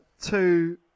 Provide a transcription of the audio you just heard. two